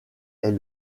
est